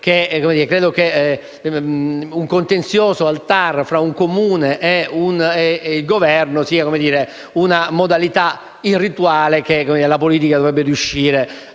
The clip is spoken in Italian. Credo che un contenzioso al TAR fra un Comune e il Governo sia una modalità irrituale che la politica dovrebbe riuscire